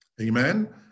amen